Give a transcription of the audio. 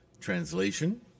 translation